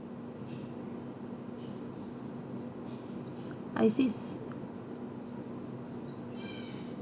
I see